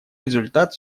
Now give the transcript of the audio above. результат